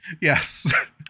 Yes